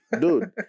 dude